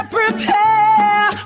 prepare